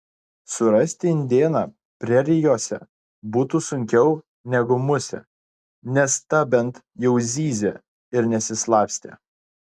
surasti indėną prerijose būtų sunkiau negu musę nes ta bent jau zyzė ir nesislapstė